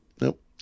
Nope